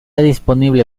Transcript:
disponible